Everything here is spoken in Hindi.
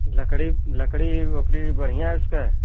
लकड़ी लकड़ी वकड़ी बढ़िया है उसकी